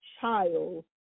child